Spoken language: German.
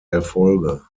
erfolge